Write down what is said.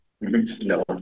no